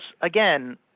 again